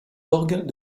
orgues